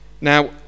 now